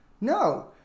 No